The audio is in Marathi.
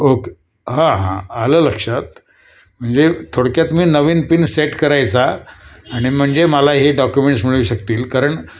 ओके हां हां आलं लक्षात म्हणजे थोडक्यात मी नवीन पिन सेट करायचा आणि म्हणजे मला हे डॉक्युमेंट्स मिळू शकतील कारण